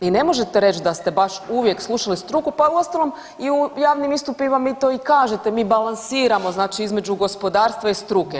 I ne možete reći da ste baš uvijek slušali struku, pa uostalom i u javnim istupima vi to i kažete, mi balansiramo znači između gospodarstva i struke.